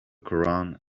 koran